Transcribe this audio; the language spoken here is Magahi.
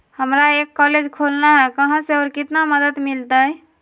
हमरा एक कॉलेज खोलना है, कहा से और कितना मदद मिलतैय?